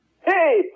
Hey